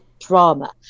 drama